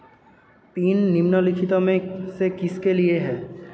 Pin निम्नलिखित में से किसके लिए है?